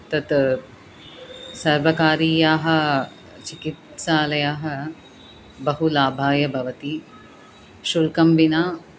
तत् सर्वकारीयाः चिकित्सालयाः बहु लाभाय भवति शुल्कं विना